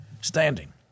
standing